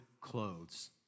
clothes